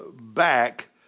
back